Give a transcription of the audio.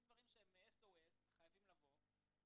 יש דברים שהם SOS וחייבים לבוא,